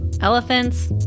elephants